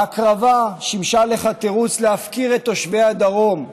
ההקרבה שימשה לך תירוץ להפקיר את תושבי הדרום.